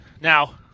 Now